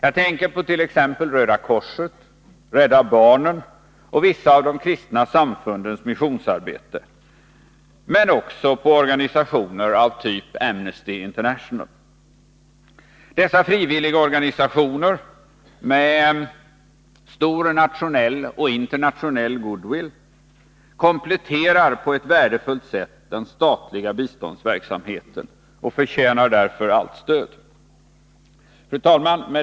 Jag tänker på t.ex. Röda korset, Rädda barnen och vissa av de kristna samfundens missionsarbete, men även på t.ex. Amnesty International. Dessa frivilligorganisationer med stor nationell och internationell goodwill kompletterar på ett värdefullt sätt den statliga biståndsverksamheten och förtjänar därför allt stöd. Fru talman!